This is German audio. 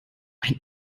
ein